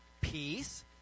peace